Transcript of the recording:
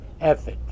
effort